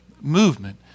movement